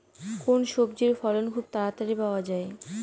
কোন সবজির ফলন খুব তাড়াতাড়ি পাওয়া যায়?